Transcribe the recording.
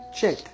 check